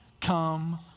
come